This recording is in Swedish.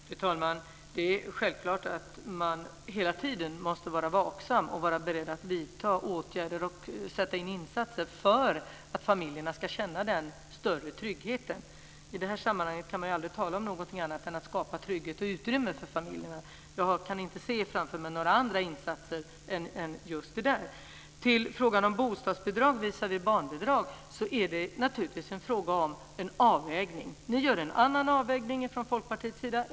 Fru talman! Det är självklart att man hela tiden måste vara vaksam, beredd att vidta åtgärder och sätta in insatser för att familjerna ska känna större trygghet. I det här sammanhanget kan man aldrig tala om någonting annat än att skapa trygghet och utrymme för familjerna. Jag kan inte se framför mig några andra insatser än just dessa. Bostadsbidrag visavi barnbidrag är naturligtvis en fråga om en avvägning. Ni gör en annan avvägning från Folkpartiets sida.